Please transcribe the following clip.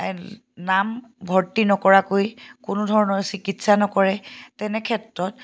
নাম ভৰ্তি নকৰাকৈ কোনো ধৰণৰ চিকিৎসা নকৰে তেনেক্ষেত্ৰত